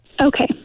Okay